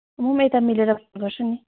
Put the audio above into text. म पनि यता मिलेर फोन गर्छु नि